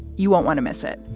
you won't want to miss it.